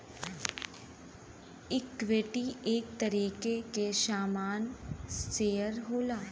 equity एक तरीके के सामान शेअर होला